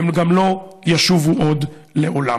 הן גם לא ישובו עוד לעולם.